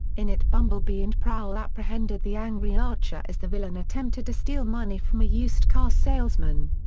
in it bumblebee and prowl apprehended the angry archer as the villain attempted to steal money from a used car salesman.